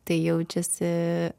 tai jaučiasi